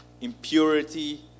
impurity